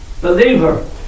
believer